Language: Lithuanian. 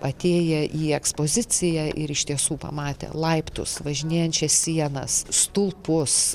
atėję į ekspoziciją ir iš tiesų pamatę laiptus važinėjančias sienas stulpus